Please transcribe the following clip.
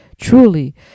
truly